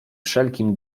wszelkim